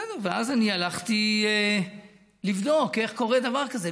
ואז הלכתי לבדוק איך קורה דבר כזה.